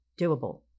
doable